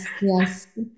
yes